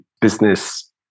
business